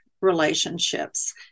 relationships